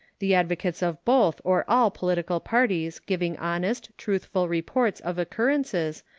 the advocates of both or all political parties giving honest, truthful reports of occurrences,